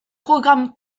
programmes